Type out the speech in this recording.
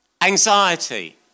anxiety